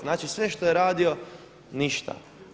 Znači, sve što je radio ništa.